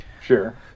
sure